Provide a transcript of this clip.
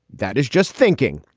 that is just thinking,